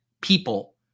people